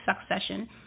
Succession